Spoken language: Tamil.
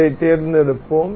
இதைத் தேர்ந்தெடுப்போம்